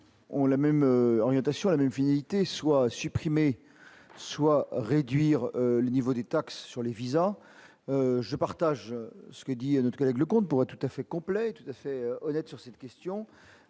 ont la même orientation la même finalité soit supprimés soit réduire le niveau des taxes sur les visas, je partage ce que dit notre collègue Leconte pourrait tout à fait complet, tout à fait honnête sur cette question